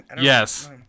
Yes